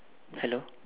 hello